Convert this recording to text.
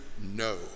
no